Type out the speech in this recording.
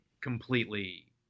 completely